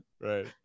right